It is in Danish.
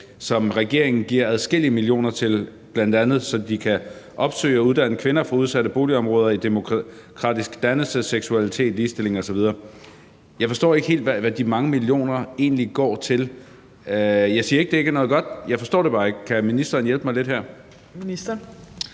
som regeringen giver adskillige millioner, så de bl.a. kan opsøge og uddanne kvinder fra udsatte boligområder i demokratisk dannelse, seksualitet, ligestilling osv. Jeg forstår ikke helt, hvad de mange millioner egentlig går til. Jeg siger ikke, at det ikke er noget godt. Jeg forstår det bare ikke. Kan ministeren hjælpe mig lidt her?